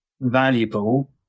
valuable